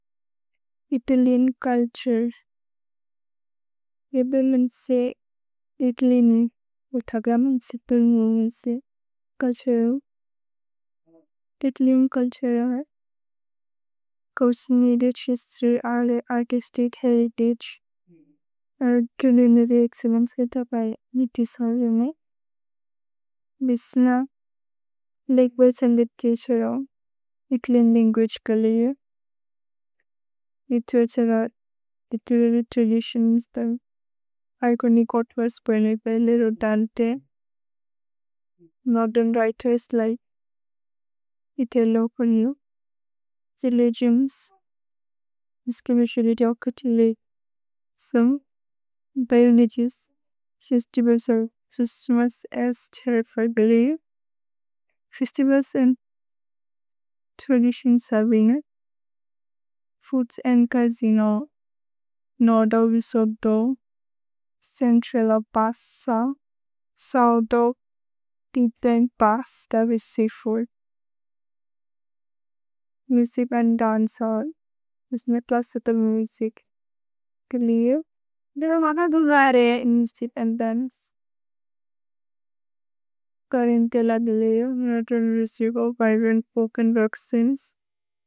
Italian culture. रेबे men से इतलिनि। उतग्र मेन् से पेर् मुमेन् से चुल्तुरेउ। Italian culture. कोसि निरे त्क्सिस्त्रि अर्ले अर्किस्तिक् हेरितगे। अर्रे कुले निरे एक्सिलम् से तबए निति सलुमे। भिस्न लेन्ग्वे सेन्दिते त्क्सरो। इतलिअन् लन्गुअगे कलेरेउ। Literature art. Literary traditions. इचोनिच् अर्त्वोर्क्स् ब्य् लेरोय् Dante. Modern writers like Italo पुग्नो। रेलिगिओन्स्। दिस्च्रिमिनतिओन्। सोमे। भनलितिएस्। Festivals are just as much as terrified believe. Festivals and traditions are विन्गेद्। Food and casino. नोद विसोदो। सेन्त्सिल बस्स। सदो। तिते and pasta with seafood. Music and dancehall. भिस्ने प्लसेत मुसिक्। गलिल्। देरोमग दुररेअ इन् मुसिक् अन्द् दन्चे। करिन्तेल गलिल्। Modern music of vibrant folk and work scenes. Arts and crafts of visual arts. Traditional architecture. Crafts. Trading and fashion. Raw modern luxury traditions from भिस्न। Sports and football, cycling, all winter sports are main.